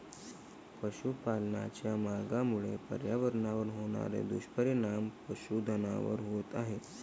पशुपालनाच्या मार्गामुळे पर्यावरणावर होणारे दुष्परिणाम पशुधनावर होत आहेत